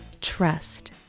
trust